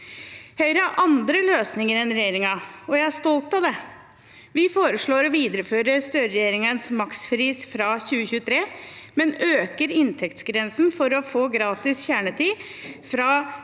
Høyre har andre løsninger enn regjeringen, og jeg er stolt av det. Vi foreslår å videreføre Støreregjeringens makspris fra 2023, men øker inntektsgrensen for å få gratis kjernetid fra